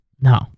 No